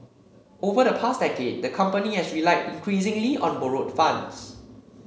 over the past decade the company has relied increasingly on borrowed funds